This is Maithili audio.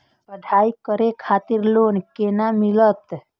पढ़ाई करे खातिर लोन केना मिलत?